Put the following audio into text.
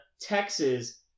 Texas